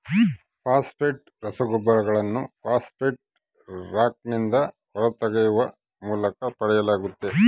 phosphate ರಸಗೊಬ್ಬರಗಳನ್ನು phosphate ರಾಕ್ನಿಂದ ಹೊರತೆಗೆಯುವ ಮೂಲಕ ಪಡೆಯಲಾಗ್ತತೆ